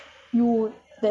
ya so like